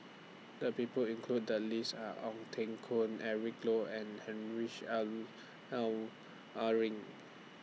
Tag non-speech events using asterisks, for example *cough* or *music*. The People included The list Are Ong Teng Koon Eric Low and Heinrich *hesitation* Luering